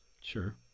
sure